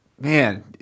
man